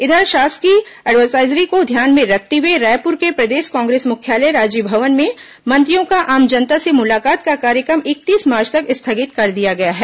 इधर शासकीय एडवाइजरी को ध्यान में रखते हुए रायपुर के प्रदेश कांग्रेस मुख्यालय राजीव भवन में मंत्रियों का आम जनता से मुलाकात का कार्यक्रम इकतीस मार्च तक स्थगित कर दिया गया है